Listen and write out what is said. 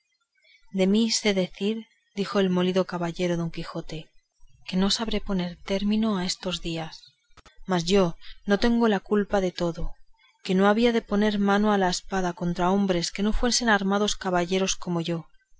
de mí sé decir dijo el molido caballero don quijote que no sabré poner término a esos días mas yo me tengo la culpa de todo que no había de poner mano a la espada contra hombres que no fuesen armados caballeros como yo